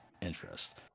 interest